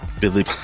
Billy